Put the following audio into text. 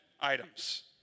items